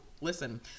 listen